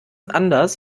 anders